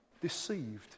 deceived